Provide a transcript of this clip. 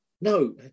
no